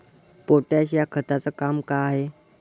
Potash या खताचं काम का हाय?